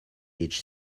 each